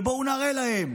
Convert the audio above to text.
ו"בואו נראה להם"